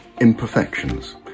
imperfections